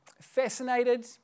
fascinated